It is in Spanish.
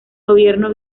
gobierno